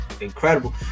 incredible